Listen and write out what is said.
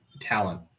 talent